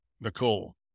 Nicole